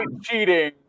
cheating